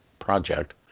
Project